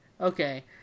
Okay